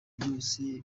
byose